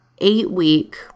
eight-week